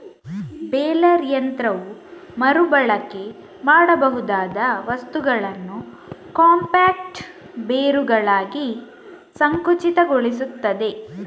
baler ಯಂತ್ರವು ಮರು ಬಳಕೆ ಮಾಡಬಹುದಾದ ವಸ್ತುಗಳನ್ನ ಕಾಂಪ್ಯಾಕ್ಟ್ ಬೇಲುಗಳಾಗಿ ಸಂಕುಚಿತಗೊಳಿಸ್ತದೆ